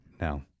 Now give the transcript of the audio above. No